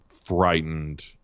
frightened